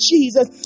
Jesus